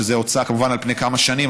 שזו הוצאה על פני כמה שנים,